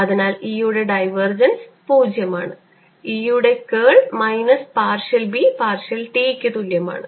അതിനാൽ E യുടെ divergence 0 ആണ് E യുടെ curl minus partial B by partial t ക്ക് തുല്യമാണ്